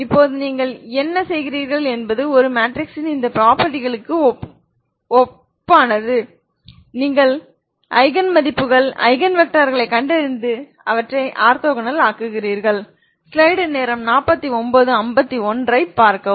இப்போது நீங்கள் என்ன செய்கிறீர்கள் என்பது ஒரு மேட்ரிக்ஸின் இந்த ப்ரொபர்ட்டிகளுக்கு ஒப்பானது நீங்கள் ஐகன் மதிப்புகள் ஐகன் வெக்டார்களைக் கண்டறிந்து அவற்றை ஆர்த்தோகனல் ஆக்குகிறீர்கள்